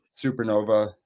supernova